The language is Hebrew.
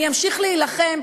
אני אמשיך להילחם,